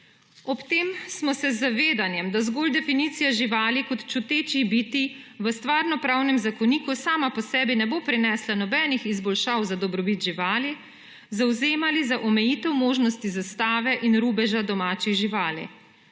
Ob tem smo se z zavedanjem, da zgolj definicija živali kot čutečih bitij v Stvarnopravnem zakoniku sama po sebi ne bo prinesla nobenih izboljšav za dobrobit živali, 60. TRAK: (MT) – 14.55 (nadaljevanje) zavzemali za omejitev možnosti zastave in rubeža domačih živali.